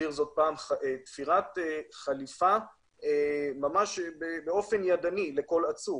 הגדיר זאת פעם כתפירת חליפה באופן ידני לכל עצור.